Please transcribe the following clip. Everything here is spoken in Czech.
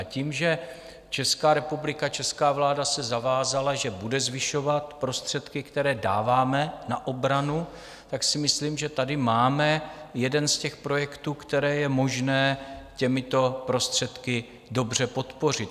Tím, že Česká republika, česká vláda, se zavázala, že bude zvyšovat prostředky, které dáváme na obranu, si myslím, že tady máme jeden z projektů, které je možné těmito prostředky dobře podpořit.